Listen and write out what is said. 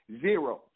Zeros